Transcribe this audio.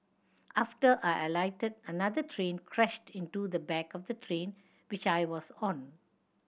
after I alighted another train crashed into the back of the train which I was on